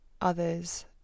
others